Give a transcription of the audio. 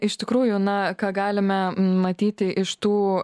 iš tikrųjų na ką galime matyti iš tų